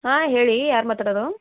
ಹಾಂ ಹೇಳಿ ಯಾರು ಮಾತಾಡುದು